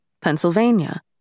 Pennsylvania